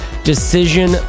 decision